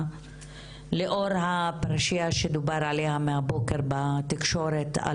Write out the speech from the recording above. לאור הפרשיה שדובר עליה מהבוקר בתקשורת,